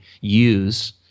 use